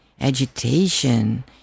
agitation